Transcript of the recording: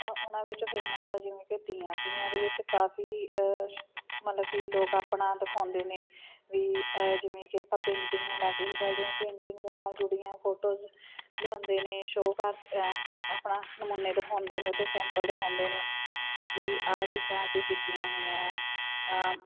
ਉਹਨਾਂ ਵਿੱਚੋਂ ਫੇਮਸ ਆ ਜਿਵੇਂ ਕਿ ਤੀਆਂ ਤੀਆਂ ਦੇ ਵਿੱਚ ਕਾਫੀ ਸ਼ ਮਤਲਬ ਕਿ ਲੋਕ ਆਪਣਾ ਦਿਖਾਉਂਦੇ ਨੇ ਵੀ ਜਿਵੇਂ ਕਿ ਆਪਾਂ ਪੇਂਟਿੰਗ ਨੂੰ ਲਾ ਕੇ ਹੀ ਚੱਲਦੇ ਆ ਪੇਂਟਿੰਗ ਦੇ ਨਾਲ ਜੁੜੀਆਂ ਫੋਟੋਜ਼ ਲਿਆਉਂਦੇ ਨੇ ਸ਼ੋਅ ਕਰ ਆਪਣਾ ਨਮੂਨੇ ਦਿਖਾਉਂਦੇ ਨੇ ਅਤੇ ਸੈਂਪਲ ਦਿਖਾਉਂਦੇ ਨੇ ਵੀ ਆਹ ਚੀਜ਼ਾਂ ਅਸੀਂ ਕੀਤੀਆਂ ਹੋਈਆਂ ਆ